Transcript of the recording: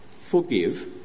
forgive